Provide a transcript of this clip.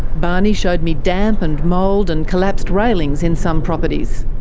barney showed me damp and mould and collapsed railings in some properties.